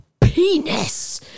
penis